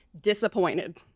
disappointed